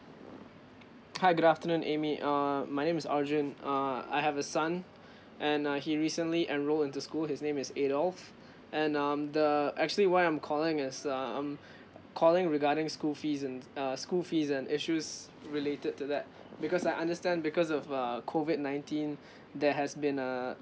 hi good afternoon amy err my name is arjun uh I have a son and uh he recently enrolled into school his name is adoff and um the actually why I'm calling is uh I'm calling regarding school fees and uh school fees and issues related to that because I understand because of uh COVID nineteen there has been uh